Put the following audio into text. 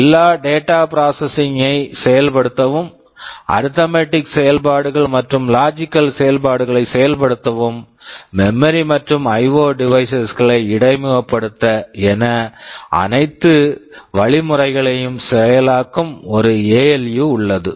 எல்லாவித data processing data processing கை செயல்படுத்தவும் அரித்தமேட்டிக் arithmetic செயல்பாடுகள் மற்றும் லாஜிக்கல் logical செயல்பாடுகளை செயல்படுத்தவும் மெமரி memory மற்றும் ஐஒ டிவைஸஸ் IO devices இடைமுகப்படுத்த என அனைத்து வழிமுறைகளையும் செயலாக்கும் ஒரு எஎல்யு ALU உள்ளது